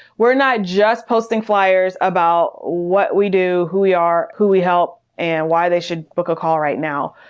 we're not just posting flyers about what we do, who we are, who we help, help, and why they should book a call right now.